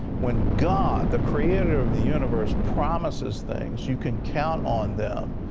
when god, the creator of the universe promises things, you can count on them.